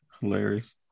hilarious